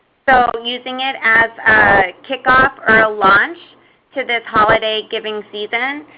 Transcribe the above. so using it as a kickoff or a launch to this holiday giving season.